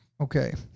Okay